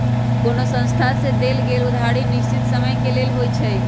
कोनो संस्था से देल गेल उधारी निश्चित समय के लेल होइ छइ